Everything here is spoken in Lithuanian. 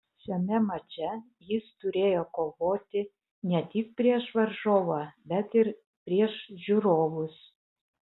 šiame mače jis turėjo kovoti ne tik prieš varžovą bet ir prieš žiūrovus